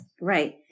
right